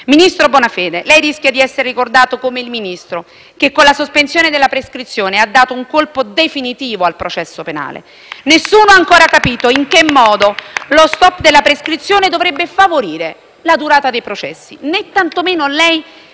Ministro Bonafede, lei rischia di essere ricordato come il Ministro che, con la sospensione della prescrizione, ha dato un colpo definitivo al processo penale. *(Applausi dal Gruppo PD)*. Nessuno ha ancora capito in che modo lo *stop* della prescrizione dovrebbe favorire la durata dei processi, né tantomeno lei